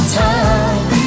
time